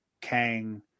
Kang